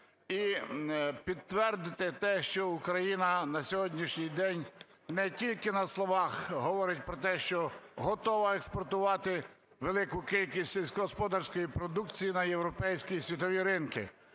і підтвердити те, що Україна на сьогоднішній день не тільки на словах говорить про те, що готова експортувати велику кількість сільськогосподарської продукції на європейські і світові ринки,